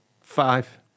Five